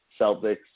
Celtics